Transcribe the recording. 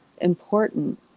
important